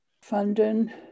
funding